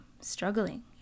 struggling